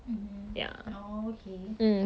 mmhmm orh okay